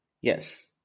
Yes